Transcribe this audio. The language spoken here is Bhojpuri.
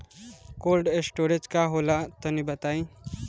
कोल्ड स्टोरेज का होला तनि बताई?